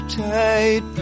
tight